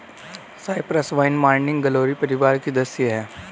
Cyprus vine morning glory परिवार की सदस्य हैं